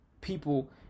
people